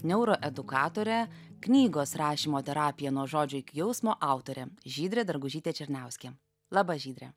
neuroedukatore knygos rašymo terapija nuo žodžio iki jausmo autorė žydrė dargužytė černiauskė laba žydre